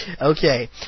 Okay